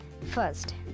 first